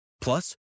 Plus